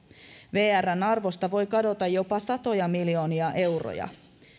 vrn arvosta voi kadota jopa satoja miljoonia euroja